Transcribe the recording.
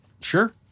Sure